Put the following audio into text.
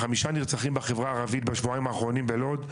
חמישה נרצחים בחברה הערבית בשבועיים האחרונים בלוד,